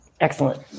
Excellent